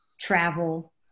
travel